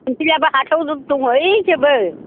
बिसोरबो हाथायाव दंहैजोबो